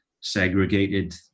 segregated